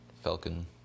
Falcon